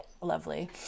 lovely